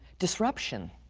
disruption,